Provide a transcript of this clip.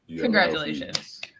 Congratulations